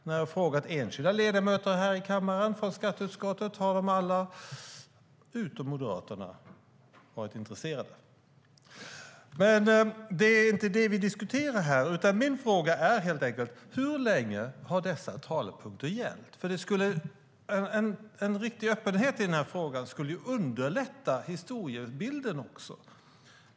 När jag har frågat enskilda ledamöter i skatteutskottet har alla utom moderaterna varit intresserade. Det är dock inte detta vi diskuterar här. Min fråga är helt enkelt: Hur länge har dessa talepunkter gällt? En riktig öppenhet i den här frågan skulle underlätta historiebilden också.